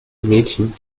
mädchen